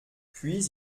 puis